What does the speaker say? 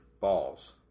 balls